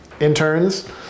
interns